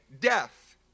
death